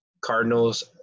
Cardinals